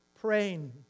praying